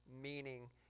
meaning